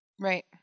right